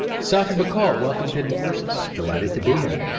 safi bahcall, welcome to hidden forces. delighted to be here.